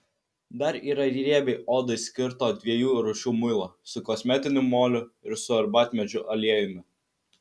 dar yra riebiai odai skirto dviejų rūšių muilo su kosmetiniu moliu ir su arbatmedžių aliejumi